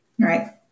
Right